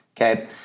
Okay